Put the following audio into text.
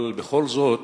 אבל בכל זאת,